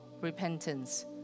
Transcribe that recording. repentance